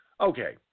Okay